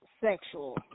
sexual